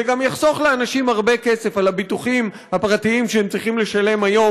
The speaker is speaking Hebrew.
זה גם יחסוך לאנשים הרבה כסף על הביטוחים הפרטיים שהם צריכים לשלם היום,